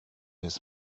his